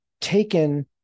taken